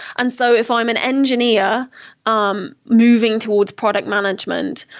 and so if i'm an engineer um moving towards product management,